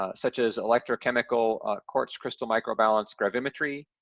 ah such as electrochemical quartz crystal micro balance gravimetry.